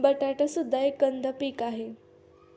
बटाटा सुद्धा एक कंद पीक आहे